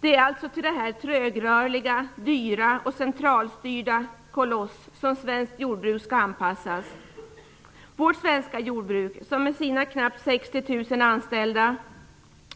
Det är alltså till denna trögrörliga, dyra och centralstyrda koloss som svenskt jordbruk skall anpassas. Vårt svenska jordbruk med sina knappt 60 000 anställda,